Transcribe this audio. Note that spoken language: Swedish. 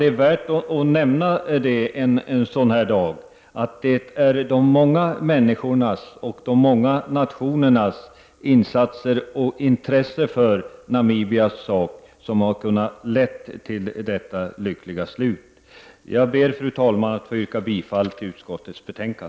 Det är värt att nämna detta en sådan här dag. Det är de många människornas och de många nationernas insatser och intresse för Namibias sak som har lett till detta lyckliga slut. Jag ber, fru talman, att få yrka bifall till utskottets hemställan.